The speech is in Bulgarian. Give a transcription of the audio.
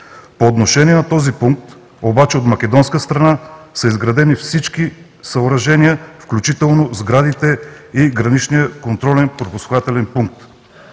По отношение на този пункт обаче от македонска страна са изградени всички съоръжения, включително сградите и Граничния контролно-пропускателен пункт.